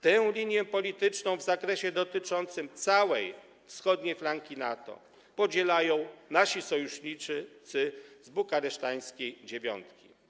Tę linię polityczną w zakresie dotyczącym całej wschodniej flanki NATO podzielają nasi sojusznicy z bukareszteńskiej dziewiątki.